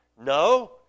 No